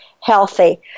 healthy